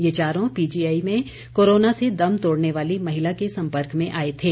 ये चारों पीजीआई में कोरोना से दम तोड़ने वाली महिला के संपर्क में आए थे